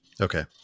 Okay